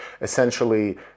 Essentially